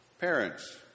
parents